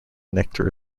nectar